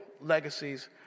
legacies